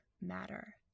matter